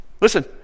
Listen